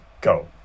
go